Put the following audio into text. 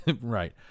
right